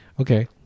Okay